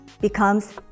becomes